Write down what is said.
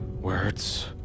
words